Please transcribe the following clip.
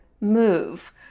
move